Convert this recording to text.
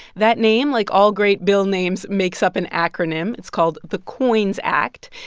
that name, like all great bill names, makes up an acronym. it's called the coins act.